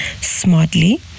smartly